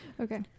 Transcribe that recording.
Okay